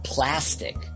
Plastic